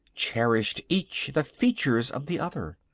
cherished each the features of the other.